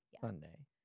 Sunday